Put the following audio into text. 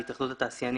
בבקשה.